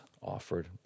offered